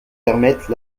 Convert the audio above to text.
permettent